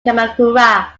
kamakura